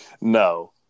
No